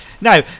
Now